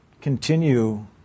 continue